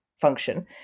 function